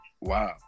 Wow